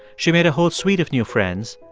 she made a whole suite of new friends,